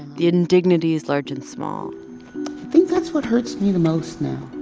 the indignities large and small think that's what hurts me the most now